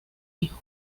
hijo